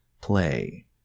play